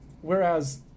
whereas